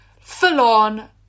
full-on